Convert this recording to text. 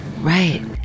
Right